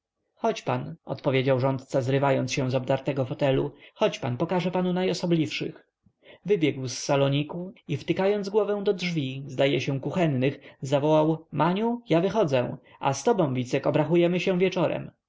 chodź pan odpowiedział rządca zrywając się z obdartego fotelu chodź pan pokażę panu najosobliwszych wybiegł z saloniku i wtykając głowę do drzwi zdaje mi się kuchennych zawołał maniu ja wychodzę a z tobą wicek obrachujemy się wieczorem